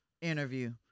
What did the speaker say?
interview